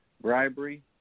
bribery